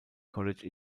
college